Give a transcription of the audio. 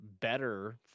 better